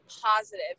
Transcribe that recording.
positive